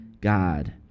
God